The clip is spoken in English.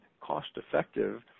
cost-effective